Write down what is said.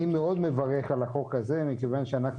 אני מאוד מברך על החוק הזה מכיוון שאנחנו